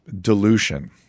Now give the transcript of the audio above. dilution